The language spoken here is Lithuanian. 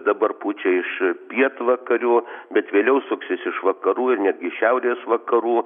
dabar pučia iš pietvakarių bet vėliau suksis iš vakarų ir netgi šiaurės vakarų